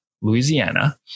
Louisiana